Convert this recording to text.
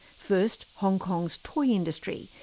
first hong kong's toy industry,